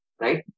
right